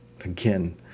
again